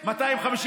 עם זה קונים אוכל?